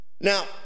Now